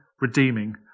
redeeming